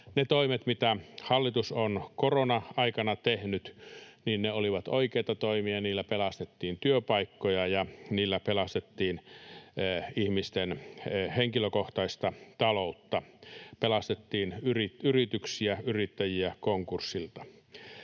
ne toimet, mitä hallitus on korona-aikana tehnyt, olivat oikeita toimia ja niillä pelastettiin työpaikkoja ja niillä pelastettiin ihmisten henkilökohtaista taloutta, pelastettiin yrityksiä ja yrittäjiä konkurssilta.